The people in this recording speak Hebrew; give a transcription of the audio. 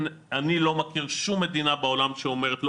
אני לא מכיר שום מדינה בעולם שאומרת שלא